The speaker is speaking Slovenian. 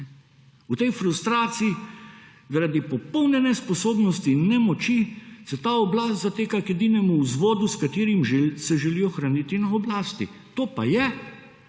V tej frustraciji zardi popolne nesposobnosti in nemoči se ta oblast zateka k edinemu vzvodu s katerim se želi ohraniti na oblasti, to pa je